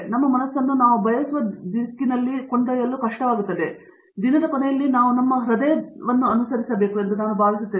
ಹಾಗಾಗಿ ನಮ್ಮ ಮನಸ್ಸನ್ನು ಮಾಡಲು ನಾವು ಬಯಸುವ ದಿನದ ಕೊನೆಯಲ್ಲಿ ನಾವು ನಮ್ಮ ಹೃದಯವನ್ನು ಅನುಸರಿಸಬೇಕು ಎಂದು ನಾನು ಭಾವಿಸುತ್ತೇನೆ